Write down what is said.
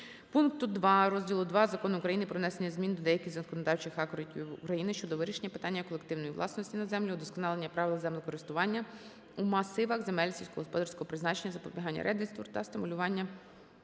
пункту 2 Розділу ІІ Закону України "Про внесення змін до деяких законодавчих актів України щодо вирішення питання колективної власності на землю, удосконалення правил землекористування у масивах земель сільськогосподарського призначення, запобігання рейдерству та стимулювання